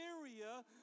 area